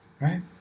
Right